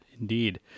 indeed